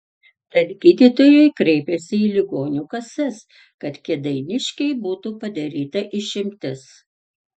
tad gydytojai kreipėsi į ligonių kasas kad kėdainiškei būtų padaryta išimtis